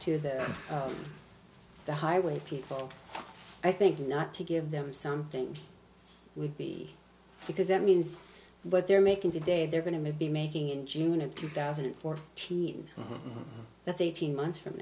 to the the highway people i think not to give them something would be because that means what they're making today they're going to be making in june of two thousand and four team that's eighteen months from